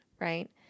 right